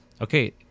okay